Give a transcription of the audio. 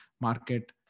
market